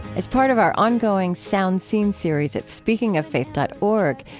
as part of our on going soundseen series at speakingoffaith dot org,